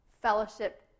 fellowship